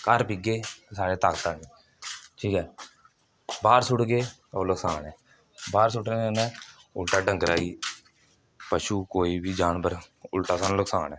घर पीगे साढ़े च ताकत आनी ठीक ऐ बाह्र सुट्टगे ओह् असान ऐ बाह्र सुट्टने दे उलटा डंगरे दी पशु कोई बी जानवर उल्टा सानूं नुक्सान ऐ